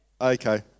Okay